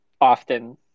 often